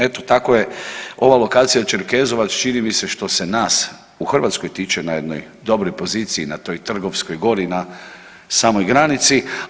Eto tako je ova lokacija Čerkezovac čini mi se što se nas u Hrvatskoj tiče na jednoj dobroj poziciji, na toj Trgovskoj gori, na samoj granici.